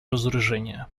разоружения